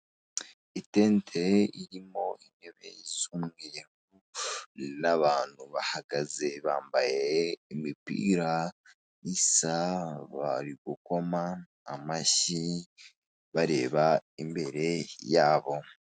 Itente irimo intebe yisumbuyemo n'abantu bahagaze bambaye imipira isa bari gukoma amashyi bareba imbere yabo.